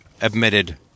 admitted